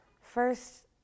First